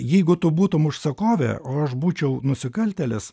jeigu tu būtum užsakovė o aš būčiau nusikaltėlis